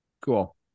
Cool